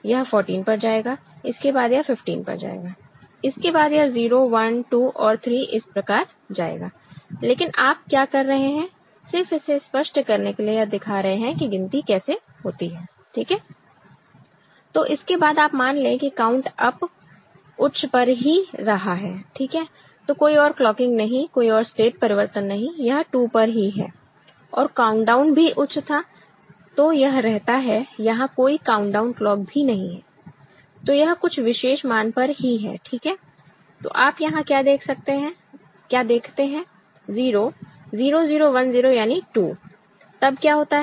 यह 14 पर जाएगा इसके बाद यह 15 पर जाएगा इसके बाद यह 0 1 2 और 3 इस प्रकार जाएगा लेकिन आप क्या कर रहे हैं सिर्फ इसे स्पष्ट करने के लिए यह दिखा रहे हैं कि गिनती कैसे होती है ठीक है तो इसके बाद आप मान ले कि काउंट अप उच्च पर ही रहा है ठीक है तो कोई और क्लॉकिंग नहीं कोई और स्टेट परिवर्तन नहीं यह 2 पर ही है और काउंटडाउन भी उच्च था तो यह रहता है यहां कोई काउंटडाउन क्लॉक भी नहीं है तो यह कुछ विशेष मान पर ही है ठीक है तो आप यहां क्या देखते हैं 0 0 0 1 0 यानी 2 तब क्या होता है